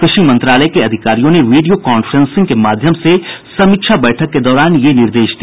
कृषि मंत्रालय के अधिकारियों ने वीडियो कांफ्रेंसिंग के माध्यम से समीक्षा बैठक के दौरान ये निर्देश दिया